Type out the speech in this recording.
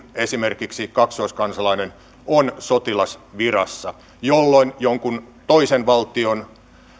esimerkiksi kaksoiskansalainen on sotilasvirassa jolloin jonkun toisen valtion